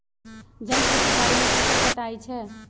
जन खेती बाड़ी में फ़सल काटइ छै